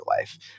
life